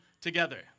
together